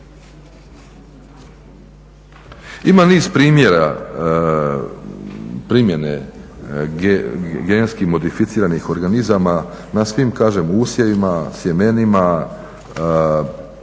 Ima niz primjera primjene genetski modificiranih organizama na svim kažem usjevima, sjemenima